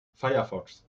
firefox